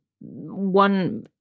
one